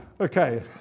Okay